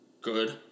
good